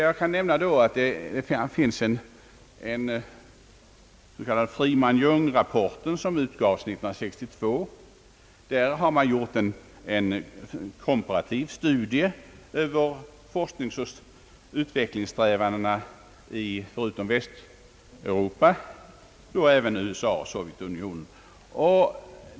Jag kan nämna att det i den s.k. Freeman-Young-rapporten, som utgavs 1962, har gjorts en komparativ studie över forskningsoch utvecklingssträvandena i förutom Västeuropa även USA och Sovjetunionen.